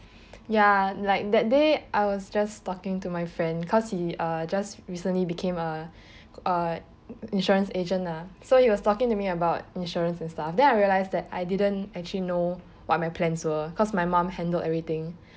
ya like that day I was just talking to my friend cause he uh just recently became a uh insurance agent lah so he was talking to me about insurance and stuff then I realise that I didn't actually know what my plans were because my mum handled everything